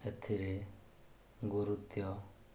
ଏଥିରେ ଗୁରୁତ୍ୱ